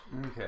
Okay